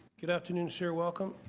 good afternoon, sir, welcome.